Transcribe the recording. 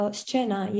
scena